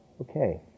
Okay